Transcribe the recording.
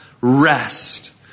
rest